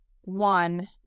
one